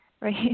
right